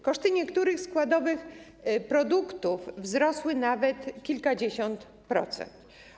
Koszty niektórych składowych produktów wzrosły nawet o kilkadziesiąt procent.